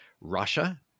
Russia